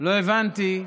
לא הבנתי,